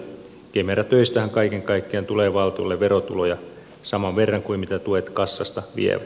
kemera töistähän kaiken kaikkiaan tulee valtiolle verotuloja saman verran kuin mitä tuet kassasta vievät